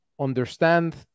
understand